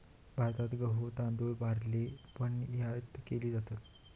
भारतात गहु, तांदुळ, बार्ली पण आयात केली जाता